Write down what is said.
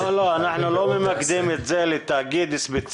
לא, לא, אנחנו לא ממקדים את זה לתאגיד ספציפי.